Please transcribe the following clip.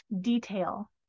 detail